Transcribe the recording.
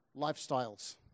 lifestyles